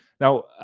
Now